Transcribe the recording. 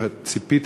וציפיתי,